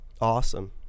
Awesome